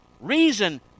reason